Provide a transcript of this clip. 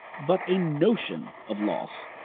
but a notion of loss.